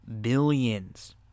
Billions